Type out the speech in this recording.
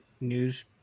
news